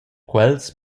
quels